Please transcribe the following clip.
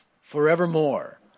forevermore